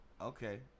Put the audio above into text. Okay